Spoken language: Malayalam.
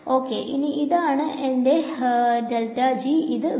ഓക്കേ ഇനി ഇതാണ് എന്റെ ഇത് v